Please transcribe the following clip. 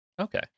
Okay